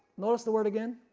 notice the word again,